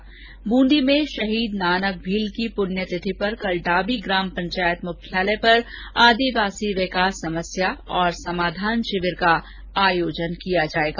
् बूंदी में शहीद नानक भील की पुण्य तिथि पर कल डाबी ग्राम पंचायत मुख्यालय पर आदिवासी विकास समस्या और समाधान शिविर का आयोजन किया जाएगा